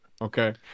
okay